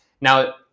now